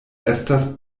estas